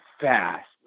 fast